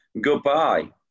goodbye